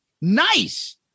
Nice